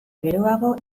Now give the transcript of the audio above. geroago